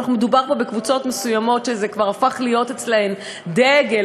ומדובר פה בקבוצות מסוימות שזה כבר הפך להיות אצלן דגל,